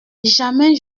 jamais